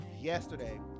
Yesterday